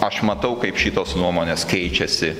aš matau kaip šitos nuomonės keičiasi